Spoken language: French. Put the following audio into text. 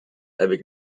avec